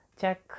Check